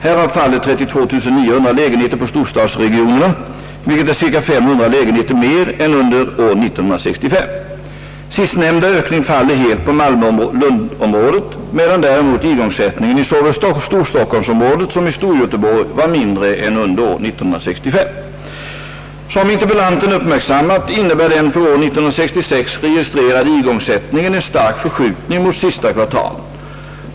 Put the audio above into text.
Härav faller 32 900 lägenheter på storstadsregionerna, vilket är ca 500 lägenheter mer än under år 1965. Sistnämnda ökning faller helt på Malmö-Lundområdet, medan däremot igångsättningen i såväl Som interpellanten uppmärksammat innebär den för år 1966 registrerade igångsättningen en stark förskjutning mot sista kvartalet.